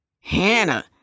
Hannah